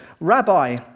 Rabbi